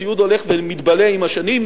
הציוד הולך ומתבלה עם השנים,